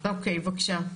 אוקיי, בבקשה.